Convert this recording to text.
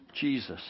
Jesus